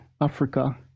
Africa